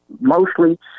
mostly